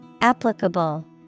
Applicable